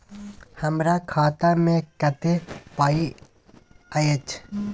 हमरा खाता में कत्ते पाई अएछ?